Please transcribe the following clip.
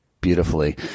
beautifully